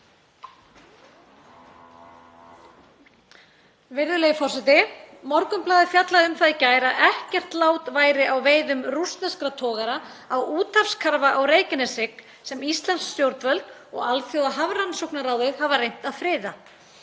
Virðulegi forseti. Morgunblaðið fjallaði um það í gær að ekkert lát væri á veiðum rússneskra togara á úthafskarfa á Reykjaneshrygg sem íslensk stjórnvöld og Alþjóðahafrannsóknaráðið hafa reynt að friða.